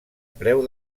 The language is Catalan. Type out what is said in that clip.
preu